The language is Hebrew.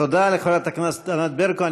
תודה לחברת הכנסת ענת ברקו.